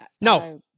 No